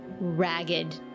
ragged